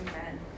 Amen